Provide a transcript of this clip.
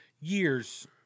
years